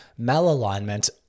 Malalignment